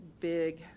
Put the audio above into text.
big